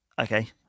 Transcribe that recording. Okay